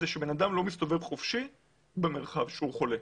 הוא שבן אדם לא מסתובב חופשי במרחב כשהוא חולה.